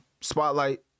spotlight